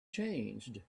changed